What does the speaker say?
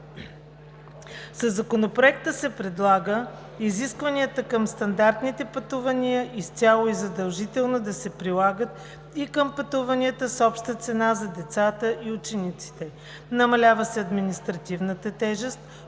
Със Законопроекта се предлага изискванията към стандартните пътувания изцяло и задължително да се прилагат и към пътуванията с обща цена за децата и учениците. Намалява се административната тежест